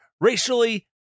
racially